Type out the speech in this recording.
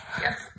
Yes